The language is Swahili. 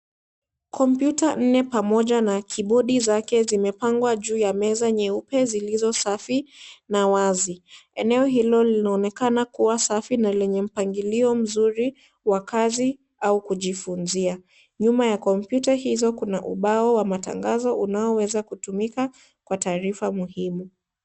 Kompyuta nne pamoja na (cs) keyboard(cs) zake zimepangwa juu ya meza nyeupe zilizo safi na wazi. Eneo hilo linaonekana kuwa safi na lini mpangilio mzuri wakazi au kujifunzia. Nyuma ya kompyuta hizo kuna ubao wa matangazo unaweza kutumika kwa tarifa muhimu.